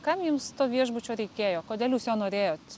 kam jums to viešbučio reikėjo kodėl jūs jo norėjot